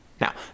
Now